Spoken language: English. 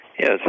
Yes